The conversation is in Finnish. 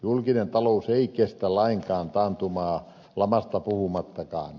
julkinen talous ei kestä lainkaan taantumaa lamasta puhumattakaan